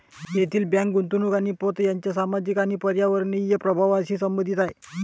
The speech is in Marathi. एथिकल बँक गुंतवणूक आणि पत यांच्या सामाजिक आणि पर्यावरणीय प्रभावांशी संबंधित आहे